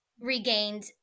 regained